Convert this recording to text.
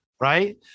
Right